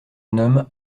nomme